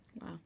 Wow